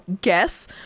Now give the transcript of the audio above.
guess